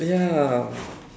ya